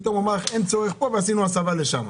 פתאום אמר לך, אין צורך פה ועשינו הסבה לשם.